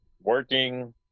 working